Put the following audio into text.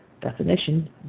definition